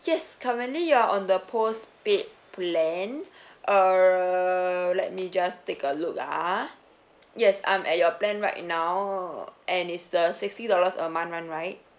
yes currently you are on the postpaid plan err let me just take a look ah yes I'm at your plan right now and it's the sixty dollars a month one right